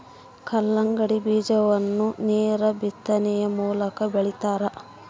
ಕಲ್ಲಂಗಡಿ ಬೀಜವನ್ನು ನೇರ ಬಿತ್ತನೆಯ ಮೂಲಕ ಬೆಳಿತಾರ